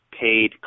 paid